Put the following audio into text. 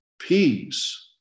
peace